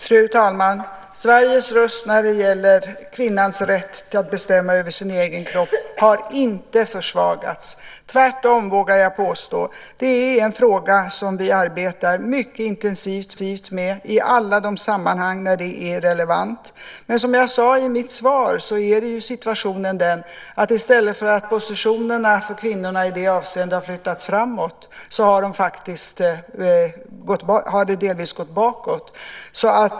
Fru talman! Sveriges röst när det gäller kvinnans rätt att bestämma över sin egen kropp har inte försvagats. Tvärtom, vågar jag påstå. Det är en fråga som vi arbetar mycket intensivt med i alla de sammanhang där det är relevant. Men som jag sade i mitt svar är situationen den att i stället för att positionerna för kvinnorna i det avseendet har flyttats framåt har de faktiskt delvis flyttats bakåt.